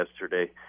yesterday